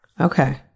Okay